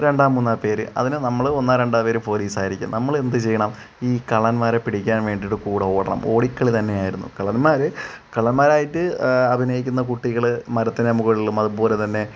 രണ്ടോ മൂന്നോ പേർ അതിന് നമ്മൾ ഒന്നോ രണ്ടോ പേർ പോലീസായിരിക്കും നമ്മളെന്ത് ചെയ്യണം ഈ കള്ളന്മാരെ പിടിക്കാൻ വേണ്ടിട്ട് കൂടെ ഓടണം ഓടിക്കളി തന്നെയായിരുന്നു കള്ളന്മാർ കള്ളന്മാരായിട്ട് അഭിനയിക്കുന്ന കുട്ടികൾ മരത്തിന് മുകളിലും അതു പോലെ തന്നെ